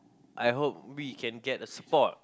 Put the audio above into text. I hope we can get a support